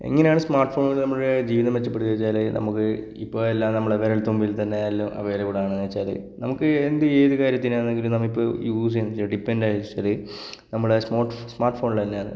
എങ്ങനെയാണ് സ്മാര്ട്ട് ഫോണുകള് നമ്മുടെ ജീവിതം മെച്ചപ്പെടുത്തുന്നതെന്നു ചോദിച്ചാൽ നമുക്ക് ഇപ്പോൾ എല്ലാം നമ്മുടെ വിരല് തുമ്പില് തന്നെ എല്ലാം അവൈലബിളാണ് എന്നുവെച്ചാൽ നമുക്ക് എന്ത് ഏതു കാര്യത്തിനാണെങ്കിലും നമുക്ക് യൂസ് ചെയ്യുന്നത് വെച്ചാൽ ഡിപ്പെണ്ട് ആയെന്നു വെച്ചാൽ നമ്മുടെ സ്മാര്ട്ട് സ്മാര്ട്ട് ഫോണിൽ തന്നെയാണ്